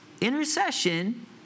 intercession